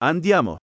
Andiamo